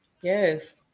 yes